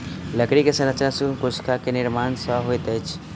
लकड़ी के संरचना सूक्ष्म कोशिका के निर्माण सॅ होइत अछि